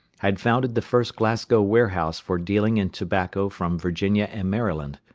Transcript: had founded the first glasgow warehouse for dealing in tobacco from virginia and maryland.